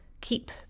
keep